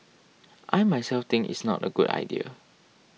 I myself think it's not a good idea